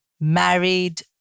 married